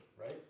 right